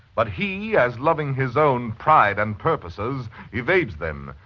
but he, as loving his own pride and purposes evades them.